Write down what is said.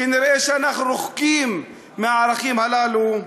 כנראה אנחנו רחוקים מהערכים הללו.